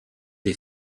des